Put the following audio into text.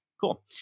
Cool